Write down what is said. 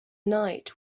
night